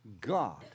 God